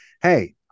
hey